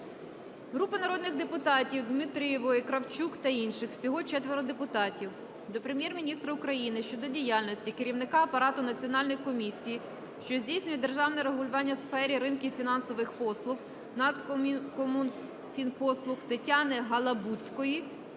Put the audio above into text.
Групи народних депутатів (Дмитрієвої, Кравчук та інших. Всього 4 депутатів) до Прем'єр-міністра України щодо діяльності керівника апарату Національної комісії, що здійснює державне регулювання у сфері ринків фінансових послуг "Нацкомфінпослуг" Тетяни Галабудської,